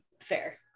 fair